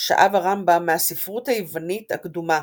שאב הרמב"ם מהספרות היוונית הקדומה,